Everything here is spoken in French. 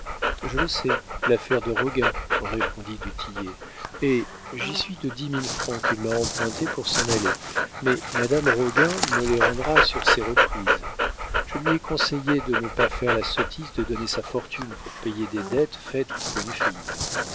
je le sais l'affaire de roguin répondit du tillet hé j'y suis de dix mille francs qu'il m'a empruntés pour s'en aller mais madame roguin me les rendra sur ses reprises je lui ai conseillé de ne pas faire la sottise de donner sa fortune pour payer des dettes faites pour une fille